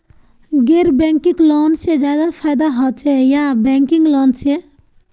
गैर banking loan से ज्यादा फायदा होचे या बैंकिंग लोन से?